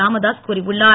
ராமதாஸ் கூறியுள்ளார்